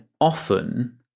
often